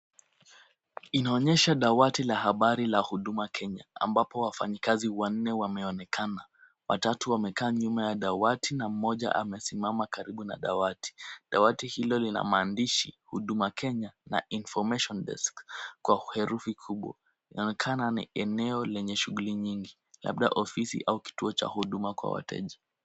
Inaonyesha dawati la habari la Huduma Kenya ambapo wafanyikazi wanne wameonekana. Watatu wamekaa nyuma ya dawati na mmoja amesimama karibu na dawati. Dawati hilo lina maandishi Huduma Kenya na information desk kwa herufi kubwa. Inaonekana ni eneo lenye shughuli nyingi, labda ofisi au kituo cha huduma kwa wateja.